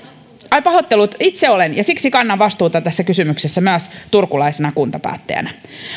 ai pahoittelut itse olen ja siksi kannan vastuuta tässä kysymyksessä myös turkulaisena kuntapäättäjänä